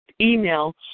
email